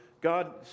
God